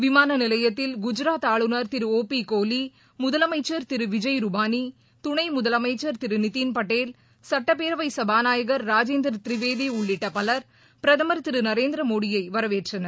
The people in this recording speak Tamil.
விமானநிலையத்தில் குஜராத் ஆளுநர் திரு ஒ பிகோலி முதலமைச்சர் திருவிஜய் ரூபானி துணைமுதலமைச்சர் திருநிதின்பட்டேல் சுட்டப்பேரவைசபாநாயகர் ராஜேந்திரதிரிவேதிஉள்ளிட்டபவர் பிரதமர் திருநரேந்திரமோடியைவரவேற்றனர்